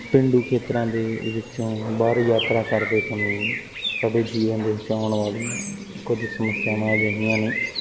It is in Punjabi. ਪੇਂਡੂ ਖੇਤਰਾਂ ਦੇ ਵਿੱਚੋਂ ਬਾਹਰ ਯਾਤਰਾ ਕਰਦੇ ਸਮੇਂ ਸਾਡੇ ਜੀਵਨ ਦੇ ਵਿੱਚ ਆਉਣ ਵਾਲੀ ਕੁਝ ਸਮੱਸਿਆਵਾਂ ਅਜਿਹੀਆਂ ਨੇ